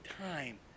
time